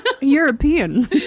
European